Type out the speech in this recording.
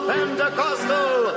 Pentecostal